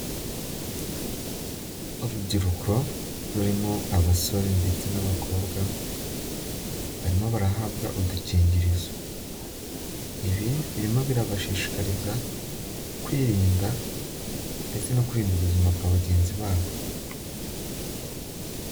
Urubyiruko rurimo abasore ndetse n'abakobwa, barimo barahabwa udukingirizo. Ibi birimo birabashishikariza kwirinda ndetse no kurinda ubuzima bwa bagenzi babo.